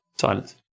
silence